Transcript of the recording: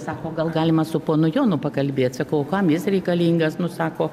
sako gal galima su ponu jonu pakalbėt sakau o kam jis reikalingas nu sako